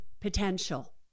potential